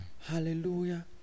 Hallelujah